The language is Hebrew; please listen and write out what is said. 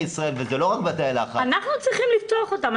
ישראל וזה לא רק בתאי לחץ --- אנחנו צריכים לפתוח אותן.